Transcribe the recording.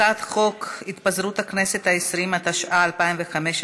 הצעת חוק התפזרות הכנסת העשרים, התשע"ה 2015,